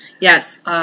Yes